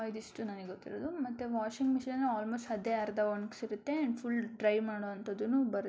ಇದಿಷ್ಟು ನನಗ್ ಗೊತ್ತಿರೋದು ಮತ್ತು ವಾಷಿಂಗ್ ಮೆಷಿನ್ನಲ್ಲಿ ಆಲ್ಮೋಸ್ಟ್ ಅದೇ ಅರ್ಧ ಒಣಗ್ಸಿರುತ್ತೆ ಆ್ಯಂಡ್ ಫುಲ್ ಡ್ರೈ ಮಾಡೋವಂಥದ್ದೂ ಬರುತ್ತೆ